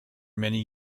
many